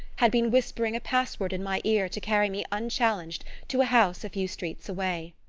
had been whispering a password in my ear to carry me unchallenged to a house a few streets away!